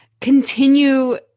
continue